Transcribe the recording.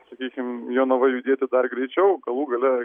sakykim jonava judėti dar greičiau galų gale